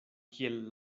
kiel